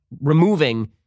removing